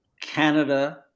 Canada